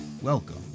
Welcome